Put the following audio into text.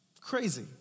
Crazy